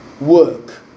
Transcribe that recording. work